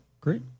great